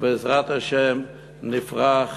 ובעזרת השם נפרח